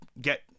get